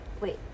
Wait